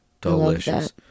Delicious